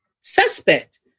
suspect